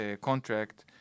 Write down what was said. contract